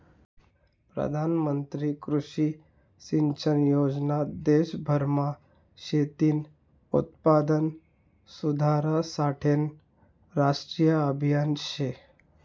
प्रधानमंत्री कृषी सिंचन योजना देशभरमा शेतीनं उत्पादन सुधारासाठेनं राष्ट्रीय आभियान शे